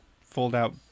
fold-out